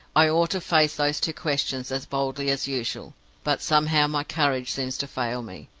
i ought to face those two questions as boldly as usual but somehow my courage seems to fail me,